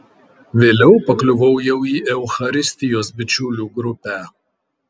vėliau pakliuvau jau į eucharistijos bičiulių grupę